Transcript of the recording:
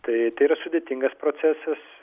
tai tai yra sudėtingas procesas